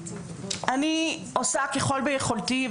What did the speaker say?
אני עושה ככל יכולתי,